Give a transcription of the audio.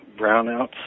brownouts